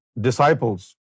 disciples